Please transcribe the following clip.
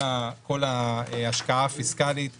כל ההשקעה הפיסקלית שבנויה,